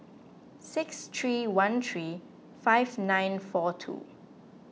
six three one three five nine four two